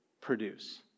produce